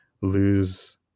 lose